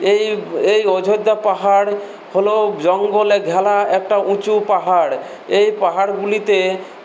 এই এই অযোধ্যা পাহাড় হলো জঙ্গলে ঘেরা একটা উঁচু পাহাড় এই পাহারগুলিতে